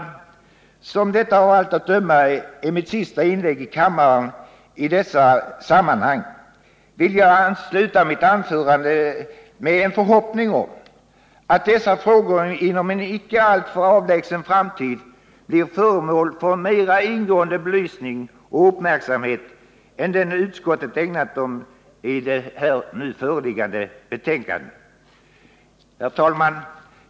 Eftersom detta av allt att döma är mitt sista inlägg i kammaren i dessa sammanhang vill jag sluta mitt anförande med en förhoppning om att dessa frågor inom en inte alltför avlägsen framtid blir föremål för en mer ingående belysning och uppmärksamhet än den utskottet ägnat dem i det nu föreliggande betänkandet. Herr talman!